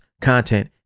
content